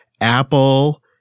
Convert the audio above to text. Apple